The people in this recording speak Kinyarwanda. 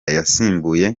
yasimbuye